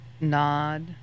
nod